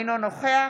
אינו נוכח